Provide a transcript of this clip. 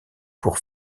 pour